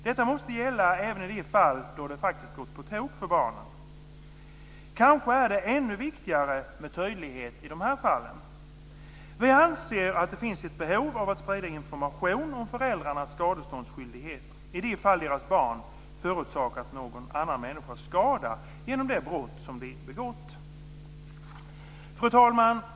Detta måste gälla även i de fall då det faktiskt gått på tok för barnen. Kanske är det ännu viktigare med tydlighet i dessa fall. Vi anser att det finns ett behov av att sprida information om föräldrarnas skadeståndsskyldighet i de fall deras barn förorsakat någon annan människa skada genom de brott som de begått. Fru talman!